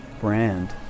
brand